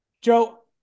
Joe